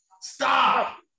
stop